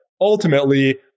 Ultimately